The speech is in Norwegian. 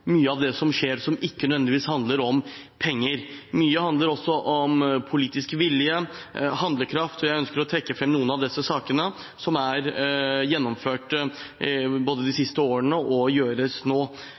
mye av det som skjer, som ikke nødvendigvis handler om penger. Mye handler også om politisk vilje, handlekraft, og jeg ønsker å trekke fram noen av de sakene som er gjennomført de